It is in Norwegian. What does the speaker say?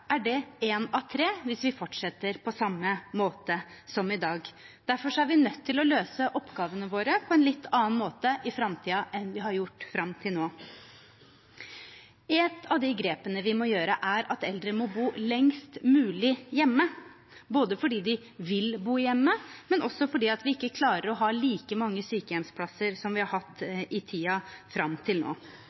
er det én av tre, hvis vi fortsetter på samme måte som i dag. Derfor er vi nødt til å løse oppgavene våre på en litt annen måte i framtiden enn vi har gjort fram til nå. Et av de grepene vi må gjøre, er at eldre må bo lengst mulig hjemme, både fordi de vil bo hjemme, og fordi vi ikke klarer å ha like mange sykehjemsplasser som vi har hatt i tiden fram til nå.